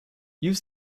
use